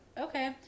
okay